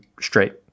straight